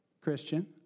Christian